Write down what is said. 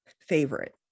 favorite